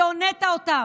שהונית אותם.